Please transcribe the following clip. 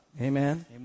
Amen